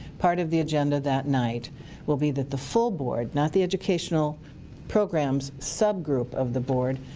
part of the agenda that night will be that the full board, not the educational programs sub-group of the board,